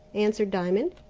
answered diamond.